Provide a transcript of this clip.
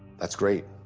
that's great.